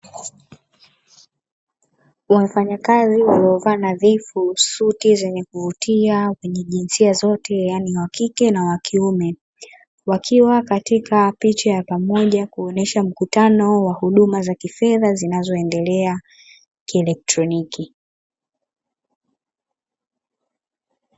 Wafanyakazi waliovaa nadhifu suti zenye kuvutia wenye jinsia zote yaani wa kike na wa kiume, wakiwa katika picha ya pamoja kuonyesha mkutano wa huduma za kifedha zinazoendelea kielektroniki.